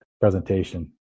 presentation